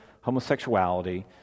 homosexuality